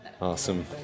Awesome